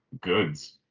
goods